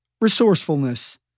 resourcefulness